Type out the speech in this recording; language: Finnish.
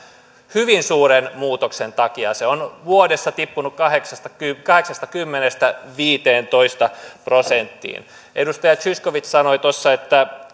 hyvin suuren muutoksen takia se on vuodessa tippunut kahdeksastakymmenestä viiteentoista prosenttiin edustaja zyskowicz sanoi tuossa